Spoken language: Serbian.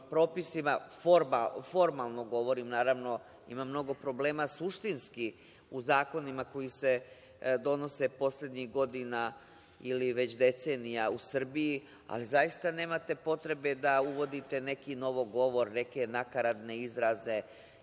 formalno govorim, naravno, ima mnogo problema suštinski u zakonima koji se donose poslednjih godina ili već decenija u Srbiji, ali zaista nemate potrebe da uvodite neki novogovor, neke nakaradne izraze.